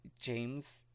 James